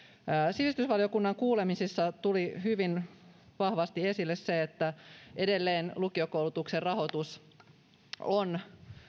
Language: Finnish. sivistysvaliokunnan kuulemisissa tuli hyvin vahvasti esille se että edelleen lukiokoulutuksen rahoitus on